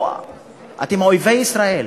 אתם אויבי ישראל.